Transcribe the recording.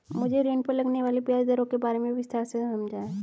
मुझे ऋण पर लगने वाली ब्याज दरों के बारे में विस्तार से समझाएं